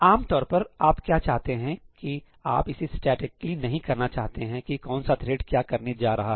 आमतौर पर आप क्या चाहते हैं कि आप इसे स्टेटटिकली नहीं करना चाहते हैं कि कौन सा थ्रेड क्या करने जा रहा है